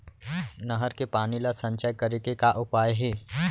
नहर के पानी ला संचय करे के का उपाय हे?